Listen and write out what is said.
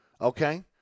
okay